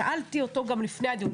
שאלתי אותו גם לפני הדיון.